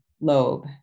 lobe